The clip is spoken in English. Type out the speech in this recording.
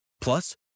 Plus